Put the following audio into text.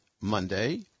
Monday